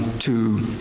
to.